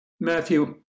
Matthew